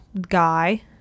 guy